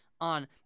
on